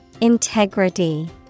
Integrity